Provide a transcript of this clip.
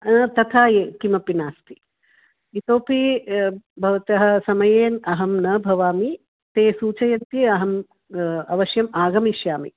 तथा किमपि नास्ति इतोपि भवतः समये अहं न भवामि ते सूचयन्ति अहम् अवश्यम् आगमिष्यामि